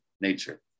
nature